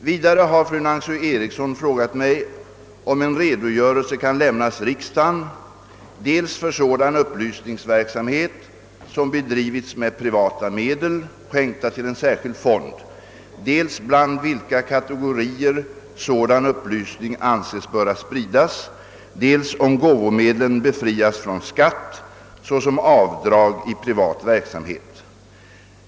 Vidare har fru Nancy Eriksson frågat mig, om en redogörelse kan lämnas riksdagen dels för en sådan upplysningsverksamhet som bedrivits med privata medel, skänkta till en särskild fond, dels bland vilka kategorier sådan upplysning anses böra spridas, dels om gåvomedlen befrias från skatt såsom avdrag i privat verksamhet.